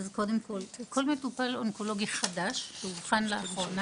א׳ - כל מטופל אונקולוגי שאובחן לאחרונה,